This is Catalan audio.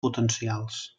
potencials